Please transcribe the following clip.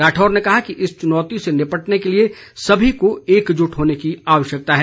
राठौर ने कहा कि इस चुनौती से निपटने के लिए सभी को एकजुट होने की आवश्यकता है